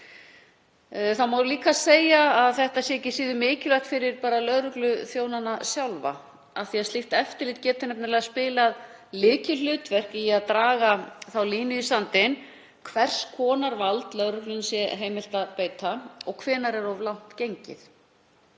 Það má líka segja að þetta sé ekki síður mikilvægt fyrir lögregluþjónana sjálfa. Slíkt eftirlit getur nefnilega spilað lykilhlutverk í því að draga þá línu í sandinn hvers konar valdi lögreglu sé heimilt að beita og hvenær sé of langt gengið.